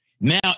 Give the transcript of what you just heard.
Now